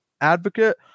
advocate